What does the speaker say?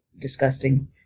disgusting